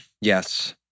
Yes